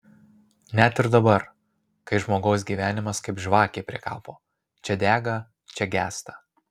net ir dabar kai žmogaus gyvenimas kaip žvakė prie kapo čia dega čia gęsta